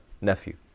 nephew